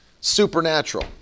supernatural